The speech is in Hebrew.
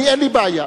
אין לי בעיה.